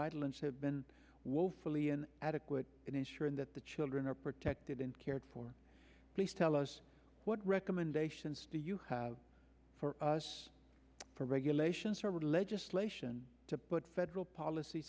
guidelines have been woefully and adequate in ensuring that the children are protected and cared for please tell us what recommendations do you have for us for regulations or legislation to put federal polic